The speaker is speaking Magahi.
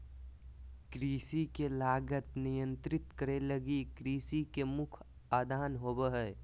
कृषि के लागत नियंत्रित करे लगी कृषि के मुख्य आदान होबो हइ